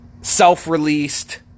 self-released